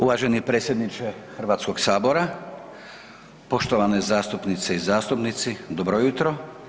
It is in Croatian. Uvaženi predsjedniče Hrvatskog sabora, poštovane zastupnice i zastupnici, dobro jutro.